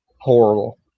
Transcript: horrible